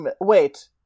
Wait